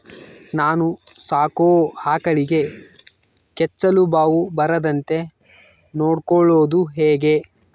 ನಾನು ಸಾಕೋ ಆಕಳಿಗೆ ಕೆಚ್ಚಲುಬಾವು ಬರದಂತೆ ನೊಡ್ಕೊಳೋದು ಹೇಗೆ?